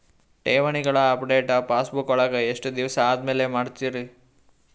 ಠೇವಣಿಗಳ update passbook ವಳಗ ಎಷ್ಟ ದಿವಸ ಆದಮೇಲೆ ಮಾಡ್ತಿರ್?